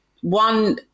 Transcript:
one